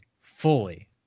fully